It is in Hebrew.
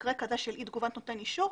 במקרה כזה של אי תגובת נותן אישור,